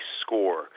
score